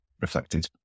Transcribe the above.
reflected